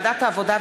ובוועדת העבודה,